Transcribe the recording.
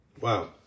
Wow